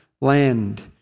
land